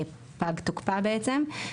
פג תוקפה בעצם,